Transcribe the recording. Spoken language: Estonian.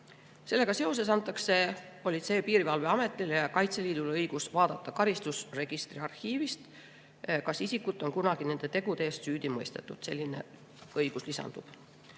Sellega seoses antakse Politsei- ja Piirivalveametile ning Kaitseliidule õigus vaadata karistusregistri arhiivist, kas isikut on kunagi nende tegude eest süüdi mõistetud. Selline õigus lisandub. Relvadega